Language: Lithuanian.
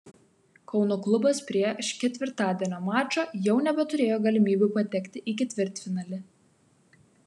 kauno klubas prieš ketvirtadienio mačą jau nebeturėjo galimybių patekti į ketvirtfinalį